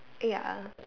ya